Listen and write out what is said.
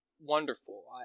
Wonderful